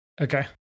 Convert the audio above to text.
Okay